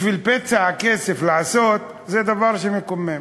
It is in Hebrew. בשביל בצע כסף, לעשות, זה דבר מקומם.